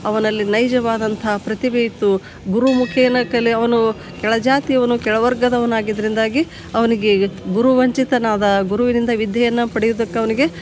ಅವನಲ್ಲಿ ನೈಜವಾದಂಥ ಪ್ರತಿಭೆ ಇತ್ತು ಗುರು ಮುಖೇನ ಕಲೆ ಅವನು ಕೆಳಜಾತಿಯವನು ಕೆಳವರ್ಗದವ್ನು ಆಗಿದ್ದರಿಂದಾಗಿ ಅವ್ನಿಗೆ ಗುರುವಂಚಿತನಾದ ಗುರುವಿನಿಂದ ವಿದ್ಯೆಯನ್ನು ಪಡೆಯುವುದಕ್ಕೆ ಅವ್ನಿಗೆ